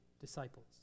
disciples